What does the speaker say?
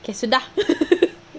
K sudah